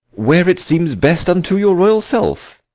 where it seems best unto your royal self.